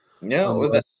No